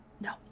no